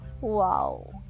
Wow